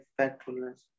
Factfulness